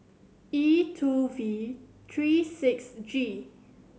E two V three six G